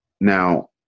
Now